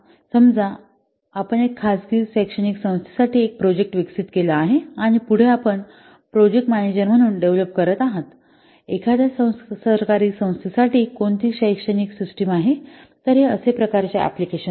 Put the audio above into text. समजा आपण एक खासगी शैक्षणिक संस्थेसाठी एक प्रोजेक्ट विकसित केला आहे आणि पुढे आपण प्रोजेक्ट मॅनेजर म्हणून डेव्हलप करत आहात एखाद्या सरकारी संस्थे साठी कोणती शैक्षणिक सिस्टिम आहे तर हे असेच प्रकारचे अँप्लिकेशन्स आहेत